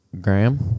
Graham